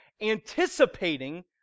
anticipating